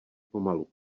pomalu